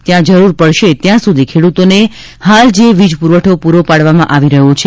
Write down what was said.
ત્યાં જરૂર પડશે ત્યાં સુધી ખેડૂતોને હાલ જે વીજ પુરવઠો પુરો પાડવામાં આવી રહ્યો છે